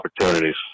opportunities